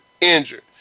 injured